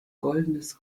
goldenes